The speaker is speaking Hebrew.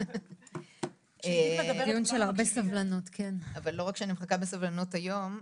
אני לא מחכה בסבלנות רק היום,